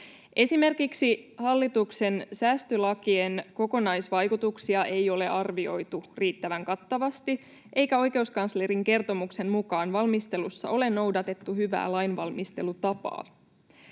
Esimerkiksi hallituksen säästölakien kokonaisvaikutuksia ei ole arvioitu riittävän kattavasti eikä oikeuskanslerin kertomuksen mukaan valmistelussa ole noudatettu hyvää lainvalmistelutapaa.